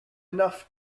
enough